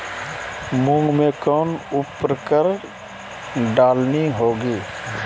मूंग में कौन उर्वरक डालनी होगी?